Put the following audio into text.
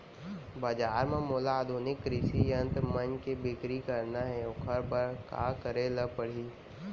बजार म मोला आधुनिक कृषि यंत्र मन के बिक्री करना हे ओखर बर का करे ल पड़ही?